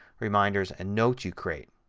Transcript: reminders, and notes you create.